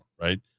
right